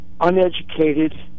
uneducated